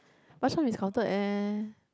bak-chor-mee is counted eh